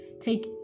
take